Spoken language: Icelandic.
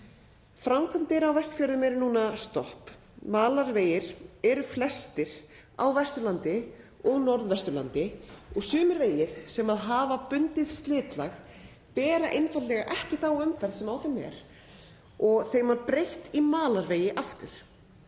Framkvæmdir á Vestfjörðum eru núna stopp. Malarvegir eru flestir á Vesturlandi og Norðvesturlandi og sumir vegir sem hafa bundið slitlag bera einfaldlega ekki þá umferð sem á þeim er og þeim var breytt í malarvegi aftur.